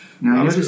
Now